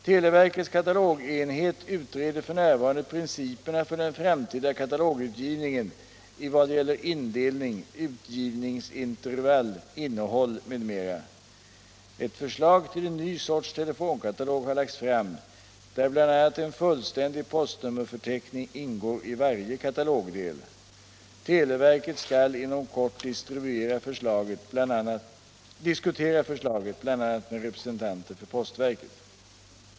Televerkets katalogenhet utreder f. n. principerna för den framtida katalogutgivningen i vad gäller indelning, utgivningsintervall, innehåll m.m. Ett förslag till en ny sorts telefonkatalog har lagts fram, där bl.a. en fullständig postnummerförteckning ingår i varje katalogdel. Televerket skall inom kort diskutera förslaget bl.a. med representanter för postverket.